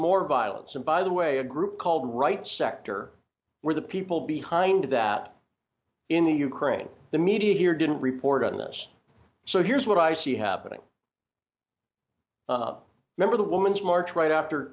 more violence and by the way a group called right sector where the people behind that in the ukraine the media here didn't report on this so here's what i see happening up remember the woman's march right after